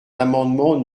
l’amendement